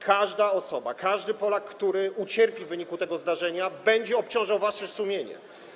Każda osoba, każdy Polak, który ucierpi w wyniku tego zdarzenia, będzie obciążał wasze sumienie.